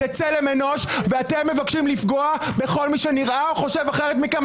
זה צלם אנוש ואתם מבקשים לפגוע בכל מי שנראה או חושב אחרת מכם.